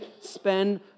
spend